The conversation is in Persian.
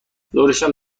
ظهرشم